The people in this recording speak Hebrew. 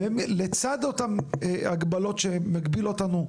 לצד אותם הגבלות שמגבילות אותנו,